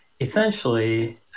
Essentially